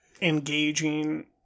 engaging